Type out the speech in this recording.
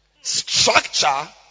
structure